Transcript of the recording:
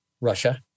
Russia